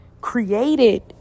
created